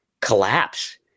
collapse